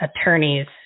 attorneys